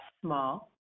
small